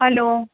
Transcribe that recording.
hello